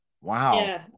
Wow